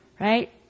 right